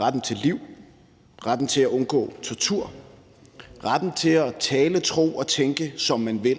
retten til liv, retten til at undgå tortur og retten til at tale, tro og tænke, som man vil.